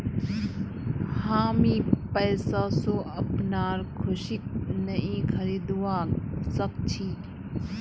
हामी पैसा स अपनार खुशीक नइ खरीदवा सख छि